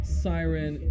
siren